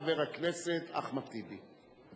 חבר הכנסת אחמד טיבי.